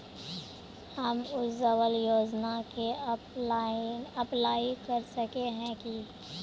हम उज्वल योजना के अप्लाई कर सके है की?